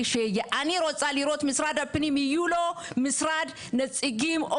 אני רוצה לראות שמשרד הפנים יהיה לו נציגים של המשרד,